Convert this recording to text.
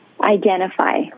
identify